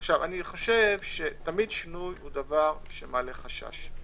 תמיד שינוי מעלה חשש,